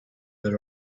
the